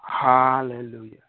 Hallelujah